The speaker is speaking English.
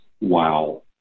wow